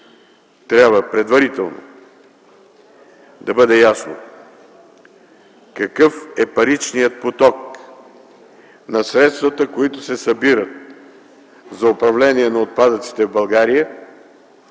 Предварително трябва да бъде ясно какъв е паричният поток на средствата, които се събират за управление на отпадъците в България,